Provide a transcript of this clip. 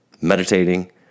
meditating